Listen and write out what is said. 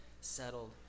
settled